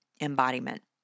embodiment